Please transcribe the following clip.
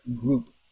group